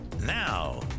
Now